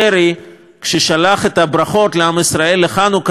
כששלח את הברכות של חנוכה לעם ישראל בעצם אותם